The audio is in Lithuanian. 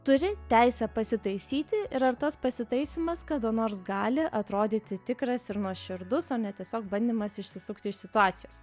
turi teisę pasitaisyti ir ar tas pasitaisymas kada nors gali atrodyti tikras ir nuoširdus o ne tiesiog bandymas išsisukti iš situacijos